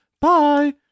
bye